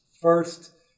first